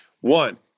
One